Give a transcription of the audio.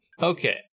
Okay